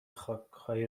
خاکهای